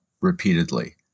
repeatedly